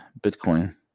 Bitcoin